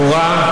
ברורה,